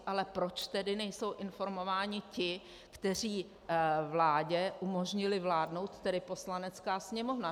Ale proč tedy nejsou informováni ti, kteří vládě umožnili vládnout, tedy Poslanecká sněmovna?